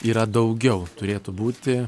yra daugiau turėtų būti